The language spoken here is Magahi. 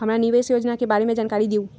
हमरा निवेस योजना के बारे में जानकारी दीउ?